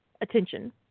Attention